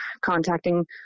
contacting